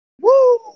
woo